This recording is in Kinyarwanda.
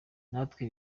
natwe